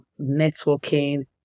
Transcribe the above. networking